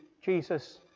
Jesus